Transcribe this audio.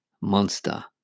monster